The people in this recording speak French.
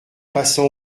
passant